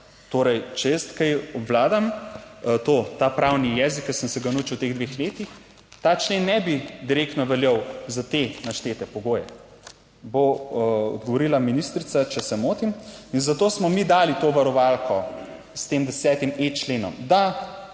Torej, če jaz kaj obvladam to, ta pravni jezik, ki sem se ga naučil v teh dveh letih, ta člen ne bi direktno veljal za te naštete pogoje. Bo odgovorila ministrica, če se motim. In zato smo mi dali to varovalko, s tem 10.e členom da